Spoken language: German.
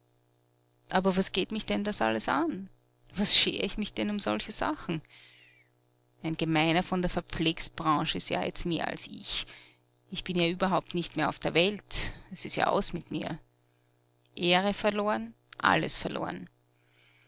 aber was geht mich denn das alles an was scher ich mich denn um solche sachen ein gemeiner von der verpflegsbranche ist ja jetzt mehr als ich ich bin ja überhaupt nicht mehr auf der welt es ist ja aus mit mir ehre verloren alles verloren